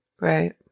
right